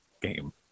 game